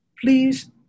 please